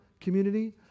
community